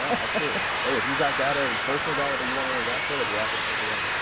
absolutely. hey, if you've got data, personal data that you want on a dashboard, i'd be happy to put it together.